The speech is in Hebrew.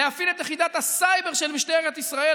להפעיל את יחידת הסייבר של משטרת ישראל